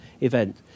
event